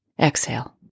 exhale